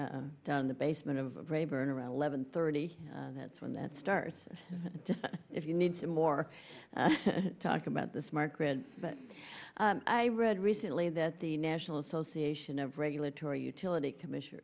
down in the basement of rayburn around eleven thirty that's when that starts if you need some more talk about the smart grid but i read recently that the national association of regulatory utility commission